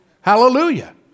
Hallelujah